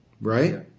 right